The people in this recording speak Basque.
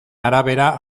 arabera